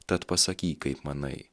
tad pasakyk kaip manai